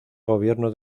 gobierno